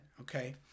Okay